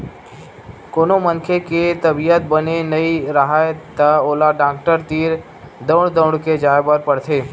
कोनो मनखे के तबीयत बने नइ राहय त ओला डॉक्टर तीर दउड़ दउड़ के जाय बर पड़थे